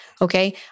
Okay